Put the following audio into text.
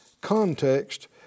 context